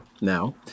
now